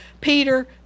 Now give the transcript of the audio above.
Peter